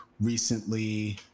recently